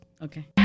Okay